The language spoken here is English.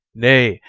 nay,